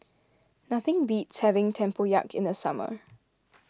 nothing beats having Tempoyak in the summer